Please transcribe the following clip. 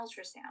ultrasound